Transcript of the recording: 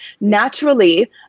naturally